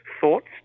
thoughts